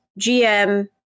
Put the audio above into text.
GM